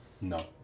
No